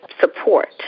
support